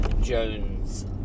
Jones